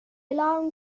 alarm